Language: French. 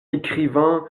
écrivant